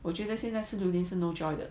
我觉得现在吃榴莲是 no joy 的